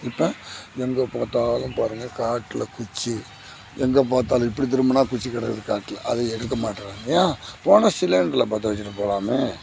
இப்போ எங்கே பார்த்தாலும் பாருங்கள் காட்டில குச்சி எங்கே பார்த்தாலும் இப்படி திரும்பினா குச்சி கிடைக்குது காட்டில அதை எடுக்க மாற்றாங்க ஏன் போனா சிலிண்ட்ரில் பற்றவச்சிட்டு போகலாமே